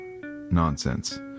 nonsense